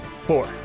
Four